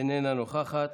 איננה נוכחת,